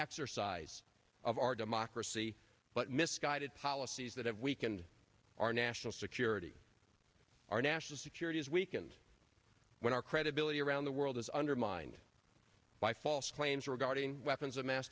exercise of our democracy but misguided policies that have weakened our national security our national security is weakened when our credibility around the world is undermined by false claims regarding weapons of mass